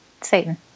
Satan